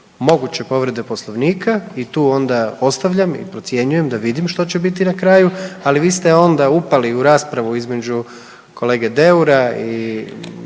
moguće povrede Poslovnika i tu onda ostavljam i procjenjujem da vidim što će biti na kraju, ali vi ste onda upali u raspravu između kolege Deura i